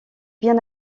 bien